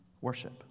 worship